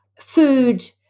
food